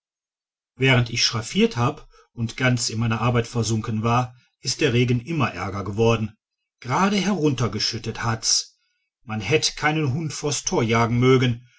während ich schraffiert hab und ganz in meine arbeit versunken war ist der regen immer ärger geworden gerade heruntergeschüttet hat's man hätt keinen hund vors tor jagen mögen